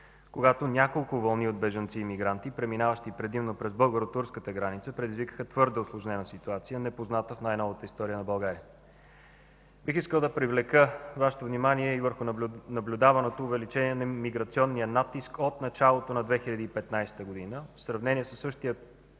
когато няколко вълни от бежанци и емигранти, преминаващи предимно през българо-турската граница предизвикаха твърде усложнена ситуация, непозната в най-новата история на България. Бих искал да привлека Вашето внимание и върху наблюдаваното увеличение на миграционния натиск от началото на 2015 г. в сравнение със същия